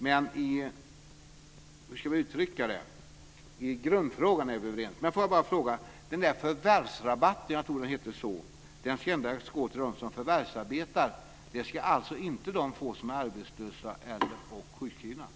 Men i grundfrågan är vi överens. Så vill jag fråga något om den där förvärvsrabatten, jag tror att den hette så. Ska den endast gå till dem som förvärvsarbetar? Den ska alltså inte de få som är arbetslösa eller sjukskrivna?